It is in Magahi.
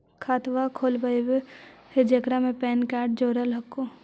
खातवा खोलवैलहो हे जेकरा मे पैन कार्ड जोड़ल हको?